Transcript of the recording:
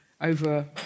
over